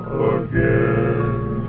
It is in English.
Again